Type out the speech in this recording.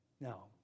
Now